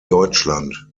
deutschland